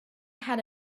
had